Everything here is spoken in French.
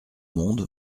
monde